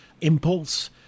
impulse